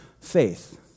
faith